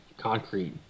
concrete